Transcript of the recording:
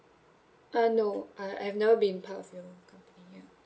uh no uh I've never been part of your company ya